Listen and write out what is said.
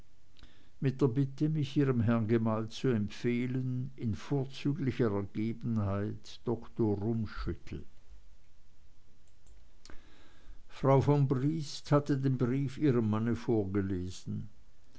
mit der bitte mich ihrem herrn gemahl empfehlen zu wollen in vorzüglicher ergebenheit doktor rummschüttel frau von briest hatte den brief ihrem manne vorgelesen